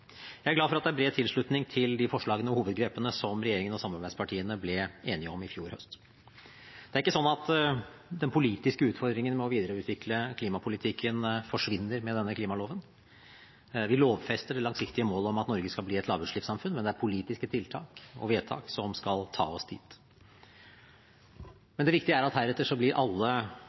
Jeg er glad for at det er bred tilslutning til de forslagene og hovedgrepene som regjeringen og samarbeidspartiene ble enige om i fjor høst. Det er ikke slik at den politiske utfordringen med å videreutvikle klimapolitikken forsvinner med denne klimaloven. Vi lovfester det langsiktige målet om at Norge skal bli et lavutslippssamfunn, men det er politiske tiltak og vedtak som skal ta oss dit. Det viktige er at heretter blir alle